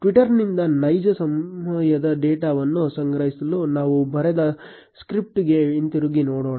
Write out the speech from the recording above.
ಟ್ವಿಟರ್ನಿಂದ ನೈಜ ಸಮಯದ ಡೇಟಾವನ್ನು ಸಂಗ್ರಹಿಸಲು ನಾವು ಬರೆದ ಸ್ಕ್ರಿಪ್ಟ್ಗೆ ಹಿಂತಿರುಗಿ ನೋಡೋಣ